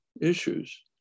Issues